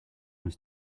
was